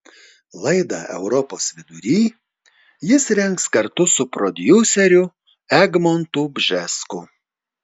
laidą europos vidury jis rengs kartu su prodiuseriu egmontu bžesku